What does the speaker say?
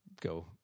go